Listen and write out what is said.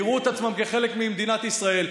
יראו את עצמם כחלק ממדינת ישראל,